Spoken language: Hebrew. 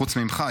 חוץ ממך,